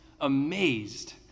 amazed